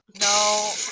No